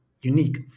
unique